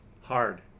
hard